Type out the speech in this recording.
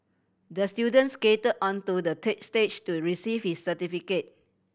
the student skated onto the stage to receive his certificate